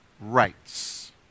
rights